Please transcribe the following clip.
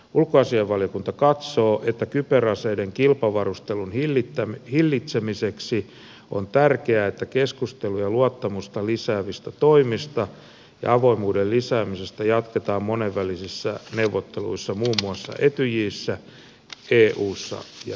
ulkoasiainvaliokunta katsoo että kyberaseiden kilpavarustelun hillitsemiseksi on tärkeää että keskusteluja luottamusta lisäävistä toimista ja avoimuuden lisäämisestä jatketaan monenvälisissä neuvotteluissa muun muassa etyjissä eussa ja natossa